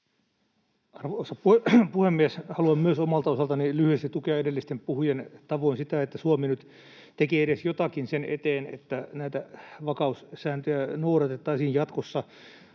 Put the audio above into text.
Arvoisa puhemies! Haluan myös omalta osaltani lyhyesti tukea edellisten puhujien tavoin sitä, että Suomi nyt teki edes jotakin sen eteen, että näitä vakaussääntöjä noudatettaisiin jatkossa